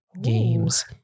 games